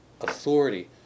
authority